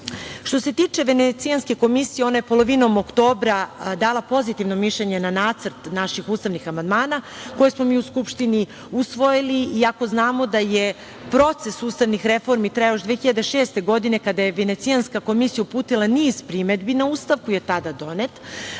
se tiče Venecijanske komisije, ona je polovinom oktobra dala pozitivno mišljenje na nacrt naših ustavnih amandmana koji smo mi u Skupštini usvojili, iako znamo da je proces ustavnih reformi trajao još 2006. godine kada je Venecijanska komisija uputila niz primedbi na Ustav koji je tada donet,